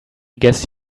guess